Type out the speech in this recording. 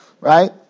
Right